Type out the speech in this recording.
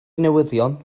newyddion